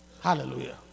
Hallelujah